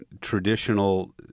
traditional